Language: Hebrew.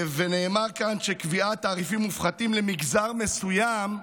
נאמר כאן שקביעת תעריפים מופחתים למגזר מסוים,